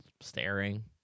staring